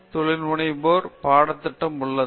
தொழில்முனைவோர் பாட திட்டம் உள்ளது